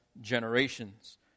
generations